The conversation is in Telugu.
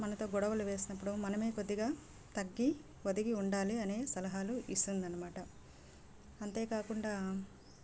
మనతో గొడవలు వేసినప్పుడు మనమే కొద్దిగా తగ్గి వదిగి ఉండాలి అనే సలహాలు ఇస్తుందన్నమాట అంతే కాకుండా